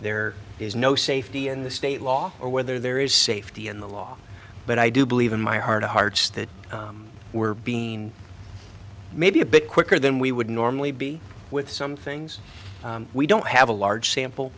there is no safety in the state law or whether there is safety in the law but i do believe in my heart of hearts that we're being maybe a bit quicker than we would normally be with some things we don't have a large sample